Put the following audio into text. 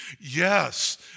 Yes